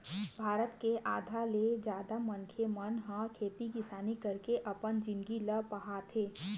भारत के आधा ले जादा मनखे मन ह खेती किसानी करके अपन जिनगी ल पहाथे